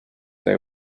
they